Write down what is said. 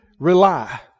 Rely